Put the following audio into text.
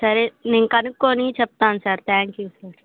సరే నేను కనుక్కోని చెప్తాను సార్ థ్యాంక్ యూ సార్